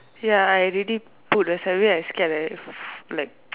ya I already put a survey I scared right like